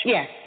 Yes